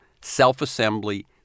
self-assembly